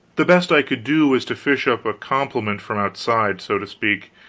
the best i could do was to fish up a compliment from outside, so to speak